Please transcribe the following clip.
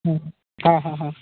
হুম হুম হ্যাঁ হ্যাঁ হ্যাঁ